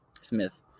Smith